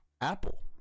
Apple